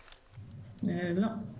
ירון יצהרי בבקשה.